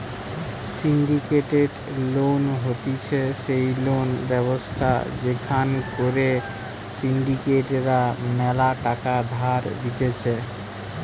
syndicated loan হতিছে সেই loan ব্যবস্থা যেখান করে সিন্ডিকেট রা ম্যালা টাকা ধার দিতেছে